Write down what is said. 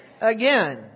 again